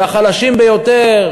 והחלשים ביותר,